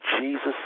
Jesus